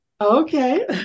Okay